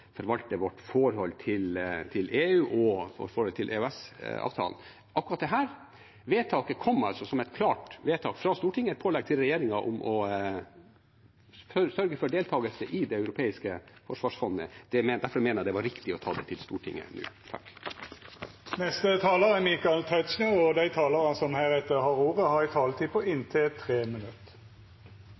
vårt forhold til EU og vårt forhold til EØS- avtalen. Akkurat dette vedtaket kom som et klart vedtak fra Stortinget, et pålegg til regjeringen om å sørge for deltakelse i Det europeiske forsvarsfondet. Derfor mener jeg det var riktig å ta det til Stortinget nå.